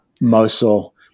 Mosul